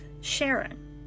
Sharon